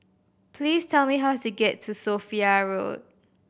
please tell me how to get to Sophia Road